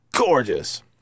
gorgeous